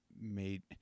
made